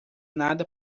nada